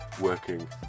working